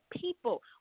people